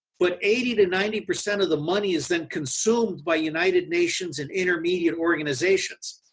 but eighty to ninety percent of the money is then consumed by united nations and intermediate organizations.